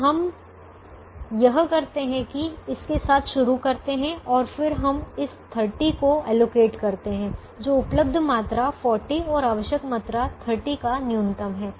तो हम यह करते हैं कि इसके साथ शुरू करते हैं और फिर हम इस 30 को आवंटितबाँटते हैं जो उपलब्ध मात्रा 40 और आवश्यक मात्रा 30 का न्यूनतम है